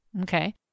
Okay